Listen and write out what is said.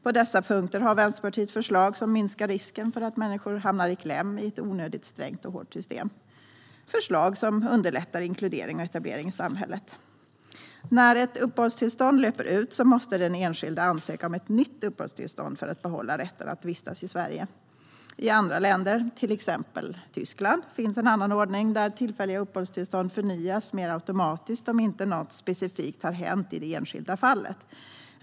På dessa punkter har Vänsterpartiet förslag som minskar risken för att människor hamnar i kläm i ett onödigt strängt och hårt system. Det är förslag som underlättar inkludering och etablering i samhället. När ett uppehållstillstånd löper ut måste den enskilda ansöka om nytt uppehållstillstånd för att behålla rätten att vistas i Sverige. I andra länder, till exempel Tyskland, finns en annan ordning där tillfälliga uppehållstillstånd förnyas mer automatiskt om inte något specifikt har hänt i det enskilda fallet.